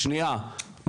שנייה.